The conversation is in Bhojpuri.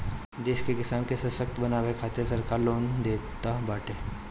देश के किसान के ससक्त बनावे के खातिरा सरकार लोन देताटे